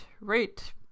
right